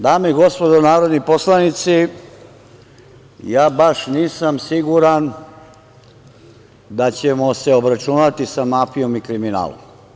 Dame i gospodo narodni poslanici, ja baš nisam siguran da ćemo se obračunati sa mafijom i kriminalom.